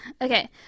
okay